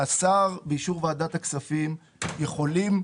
שהשר באישור ועדת הכספים יכולים